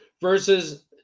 versus